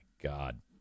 God